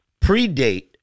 predate